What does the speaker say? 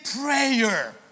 prayer